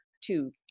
two